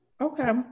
Okay